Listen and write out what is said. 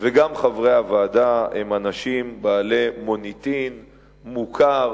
וגם חברי הוועדה הם אנשים בעלי מוניטין מוכר,